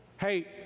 hey